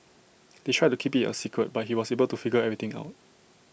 they tried to keep IT A secret but he was able to figure everything out